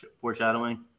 foreshadowing